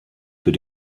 für